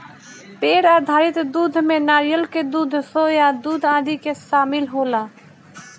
पेड़ आधारित दूध में नारियल के दूध, सोया दूध आदि शामिल होला